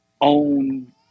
own